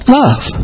love